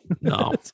no